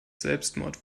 selbstmord